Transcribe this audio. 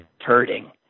hurting